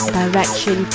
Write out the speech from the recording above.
direction